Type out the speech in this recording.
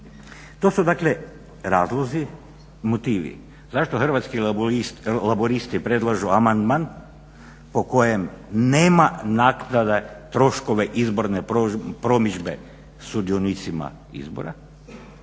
To su dakle, razlozi i motivi zašto Hrvatski laburisti predlažu amandman po kojem nema naknada troškova izborne promidžbe sudionicima izbora